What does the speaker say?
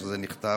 כשזה נכתב,